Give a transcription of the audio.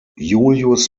julius